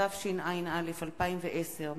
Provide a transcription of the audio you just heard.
התשע”א 2010,